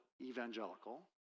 evangelical